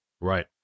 Right